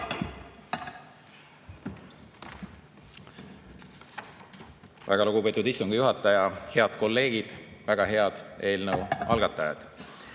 Väga lugupeetud istungi juhataja! Head kolleegid! Väga head eelnõu algatajad!